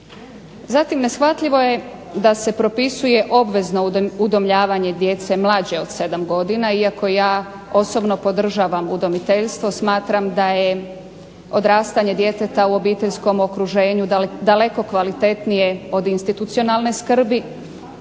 Zatim neshvatljivo je da se propisuje obvezno udomljavanje djece mlađe od 7 godina, iako ja osobno podržavam udomiteljstvo, smatram da je odrastanje djeteta u obiteljskom okruženju daleko kvalitetnije od institucionalne skrbi,